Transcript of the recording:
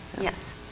Yes